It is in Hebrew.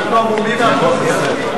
אנחנו המומים מהחוק הזה.